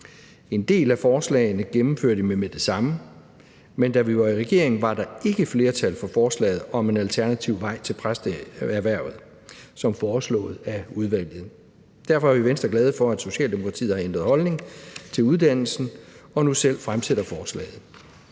En del af forslagene gennemførte vi med det samme, men da vi var i regering, var der ikke flertal for forslaget om en alternativ vej til præstehvervet som foreslået af udvalget. Derfor er vi i Venstre glade for, Socialdemokratiet har ændret holdning til uddannelsen og nu selv fremsætter forslaget.